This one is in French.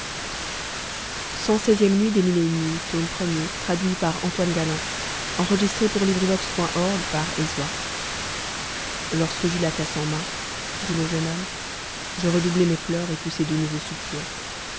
lorsque j'eus la tasse à la main dit le jeune homme je redoublai mes pleurs et poussai de nouveaux soupirs